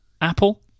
Apple